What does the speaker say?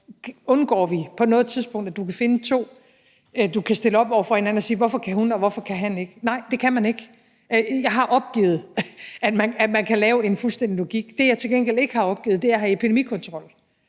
og undgår vi på noget tidspunkt, hvor du kan finde to, som du kan stille op over for hinanden, og hvor du kan sige: Hvorfor kan hun, og hvorfor kan han ikke? Nej, det kan man ikke. Jeg har opgivet, at man kan lave en fuldstændig logik. Det, jeg til gengæld ikke har opgivet, er at have epidemikontrol.